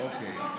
אוקיי.